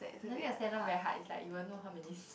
maybe the standard very high is like even though how many